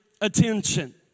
attention